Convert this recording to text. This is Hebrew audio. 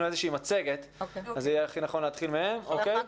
איזו מצגת אז יהיה הכי נכון להתחיל איתם.